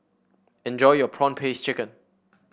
enjoy your prawn paste chicken